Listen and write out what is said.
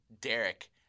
Derek